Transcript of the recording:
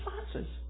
responses